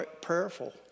prayerful